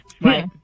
Right